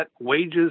wages